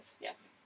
Yes